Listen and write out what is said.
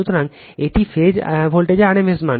সুতরাং এটি ফেজ ভোল্টেজের rms মান